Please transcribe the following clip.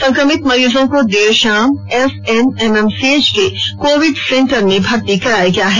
संक्रमित मरीजों को देर शाम एसएनएमएमसीएच के कोविड सेंटर में भर्ती कराया गया है